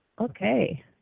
Okay